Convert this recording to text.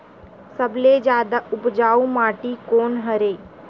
सबले जादा उपजाऊ माटी कोन हरे?